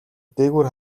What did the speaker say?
дээгүүр